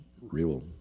real